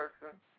person